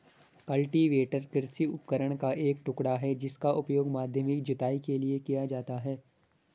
cultivator कृषि उपकरण का एक टुकड़ा है जिसका उपयोग माध्यमिक जुताई के लिए किया जाता है